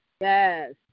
Yes